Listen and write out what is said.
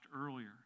earlier